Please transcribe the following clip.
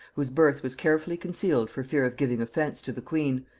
whose birth was carefully concealed for fear of giving offence to the queen,